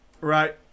Right